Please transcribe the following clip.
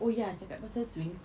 oh ya cakap pasal swing